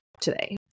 today